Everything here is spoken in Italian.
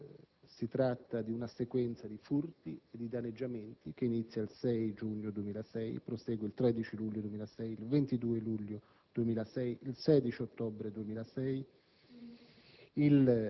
Si tratta di una sequenza di furti e danneggiamenti, verificatisi il 6 giugno 2006, il 13 luglio 2006, il 22 luglio 2006, il 16 ottobre 2006